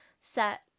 set